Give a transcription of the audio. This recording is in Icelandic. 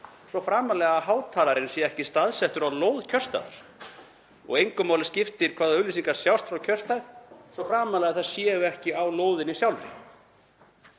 svo framarlega sem hátalarinn er ekki staðsettur á lóð kjörstaðar, og engu máli skiptir hvaða auglýsingar sjást frá kjörstað, svo framarlega sem þær eru ekki á lóðinni sjálfri.